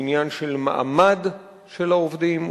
הוא עניין של מעמד של העובדים,